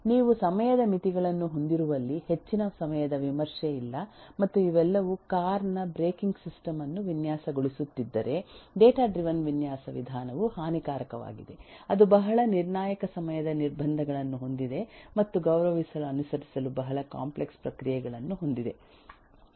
ನೀವು ಸಮಯದ ಮಿತಿಗಳನ್ನು ಹೊಂದಿರುವಲ್ಲಿ ಹೆಚ್ಚಿನ ಸಮಯದ ವಿಮರ್ಶೆ ಇಲ್ಲ ಮತ್ತು ಇವೆಲ್ಲವೂ ಕಾರ್ ನ ಬ್ರೇಕಿಂಗ್ ಸಿಸ್ಟಮ್ ಅನ್ನು ವಿನ್ಯಾಸಗೊಳಿಸುತ್ತಿದ್ದರೆ ಡೇಟಾ ಡ್ರಿವನ್ ವಿನ್ಯಾಸ ವಿಧಾನವು ಹಾನಿಕಾರಕವಾಗಿದೆ ಅದು ಬಹಳ ನಿರ್ಣಾಯಕ ಸಮಯದ ನಿರ್ಬಂಧಗಳನ್ನು ಹೊಂದಿದೆ ಮತ್ತು ಗೌರವಿಸಲು ಅನುಸರಿಸಲು ಬಹಳ ಕಾಂಪ್ಲೆಕ್ಸ್ ಪ್ರಕ್ರಿಯೆಗಳನ್ನು ಹೊಂದಿದೆ